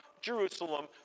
Jerusalem